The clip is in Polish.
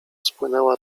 spłynęła